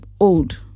old